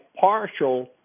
partial